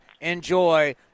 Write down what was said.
enjoy